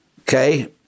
Okay